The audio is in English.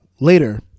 later